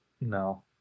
No